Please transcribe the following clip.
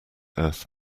earth